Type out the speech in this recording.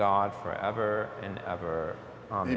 god forever and ever